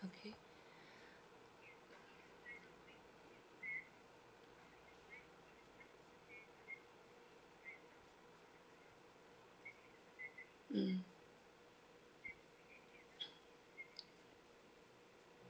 okay mm